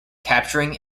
capturing